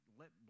let